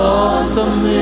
awesome